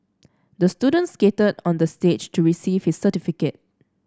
the student skated on the stage to receive his certificate